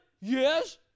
Yes